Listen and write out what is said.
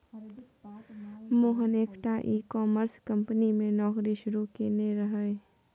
मोहन एकटा e commerce company मे नौकरी शुरू केने रहय